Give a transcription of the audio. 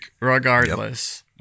regardless